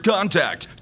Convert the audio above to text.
Contact